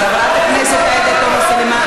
חברת הכנסת עאידה תומא סלימאן,